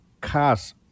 cars